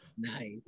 nice